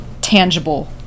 tangible